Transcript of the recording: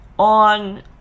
on